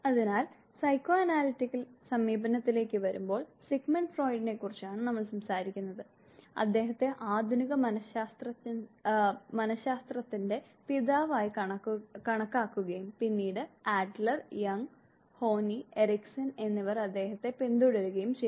അതിനാൽ സൈക്കോഅനാലിറ്റിക് സമീപനത്തിലേക്ക് വരുമ്പോൾ സിഗ്മണ്ട് ഫ്രോയിഡിനെക്കുറിച്ചാണ് നമ്മൾ സംസാരിക്കുന്നത് അദ്ദേഹത്തെ ആധുനിക മനശാസ്ത്രത്തിന്റെ പിതാവായി കണക്കാക്കുകയും പിന്നീട് അഡ്ലർ ജംഗ് ഹോണി എറിക്സൺ എന്നിവർ അദ്ദേഹത്തെ പിന്തുടരുകയും ചെയ്തു